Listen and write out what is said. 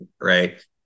right